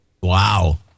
Wow